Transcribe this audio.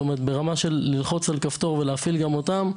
זאת אומרת ברמה של ללחוץ על כפתור ולהפעיל גם אותם,